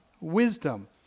wisdom